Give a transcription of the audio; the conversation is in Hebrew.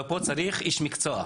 ופה צריך איש מקצוע.